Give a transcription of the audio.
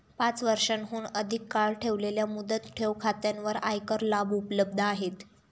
पाच वर्षांहून अधिक काळ ठेवलेल्या मुदत ठेव खात्यांवर आयकर लाभ उपलब्ध आहेत